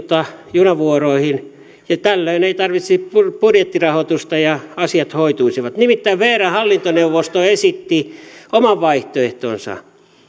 junavuoroihin ja tällöin ei tarvittaisi budjettirahoitusta ja asiat hoituisivat nimittäin vrn hallintoneuvosto esitti oman vaihtoehtonsa